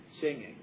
singing